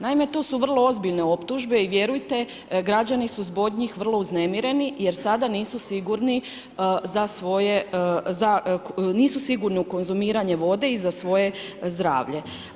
Naime, tu su vrlo ozbiljne optužbe i vjerujte građani su zbog njih vrlo uznemireni jer sada nisu sigurni za svoje, nisu sigurni u konzumiranje vode za svoje zdravlje.